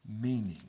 meaning